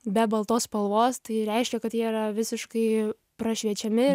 be baltos spalvos tai reiškia kad jie yra visiškai prašviečiami